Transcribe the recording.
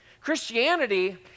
Christianity